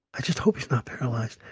i just hope he's not paralyzed.